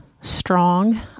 strong